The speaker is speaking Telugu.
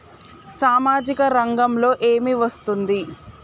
సామాజిక రంగంలో ఏమి వస్తుంది?